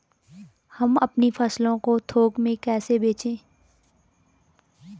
हम अपनी फसल को थोक में कैसे बेचें?